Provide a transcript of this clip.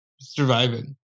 surviving